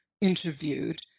interviewed